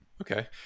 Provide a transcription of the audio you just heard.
Okay